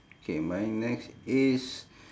okay my next is